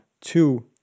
two